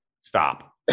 Stop